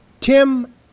Tim